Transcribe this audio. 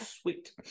Sweet